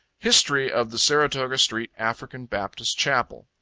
history of the saratoga street african baptist chapel.